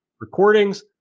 recordings